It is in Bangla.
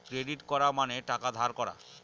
ক্রেডিট করা মানে টাকা ধার করা